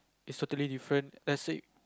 is totally different let us say